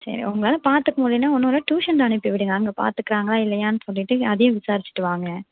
சரி உங்களால் பார்த்துக்க முடியலினா ஒன்றுயில்ல ட்யூஷன் அனுப்பி விடுங்க அங்கே பார்த்துக்கறாங்களா இல்லையான்னு சொல்லிட்டு அதையும் விசாரிச்சுட்டு வாங்க